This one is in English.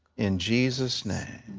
in jesus' name.